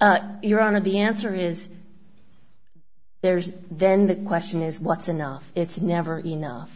to your on of the answer is there's then the question is what's enough it's never enough